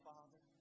Father